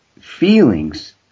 feelings